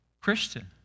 Christian